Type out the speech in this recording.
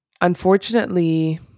unfortunately